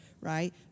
right